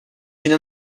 une